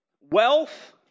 wealth